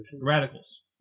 radicals